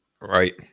Right